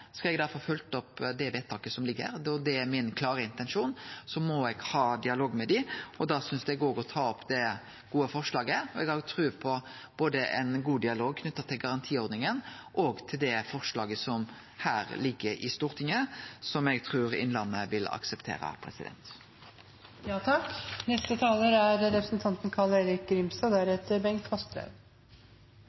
Skal eg derfor få følgt opp det vedtaket som ligg her – og det er min klare intensjon – må eg ha dialog med dei, og da synest eg det er eit godt forslag å ta opp. Eg har òg tru på ein god dialog knytt til både garantiordninga og det forslaget som ligg her i Stortinget, og som eg trur Innlandet vil akseptere. Det er alltid hyggelig å snakke – indirekte – med representanten